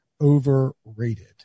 overrated